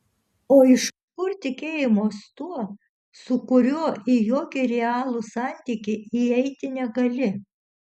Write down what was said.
o iš kur tikėjimas tuo su kuriuo į jokį realų santykį įeiti negali